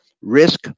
risk